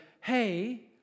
hey